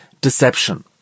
deception